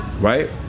right